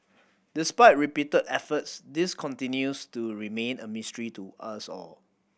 despite repeated efforts this continues to remain a mystery to us all